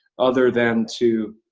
other than to.